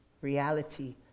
reality